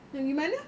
nak pergi mana